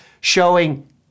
showing